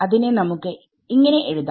അതിനെ നമുക്ക് എന്ന് എഴുതാം